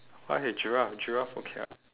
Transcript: why giraffe giraffe okay [what]